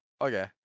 okay